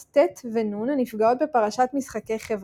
ט' ונ' הנפגעות בפרשת משחקי חברה.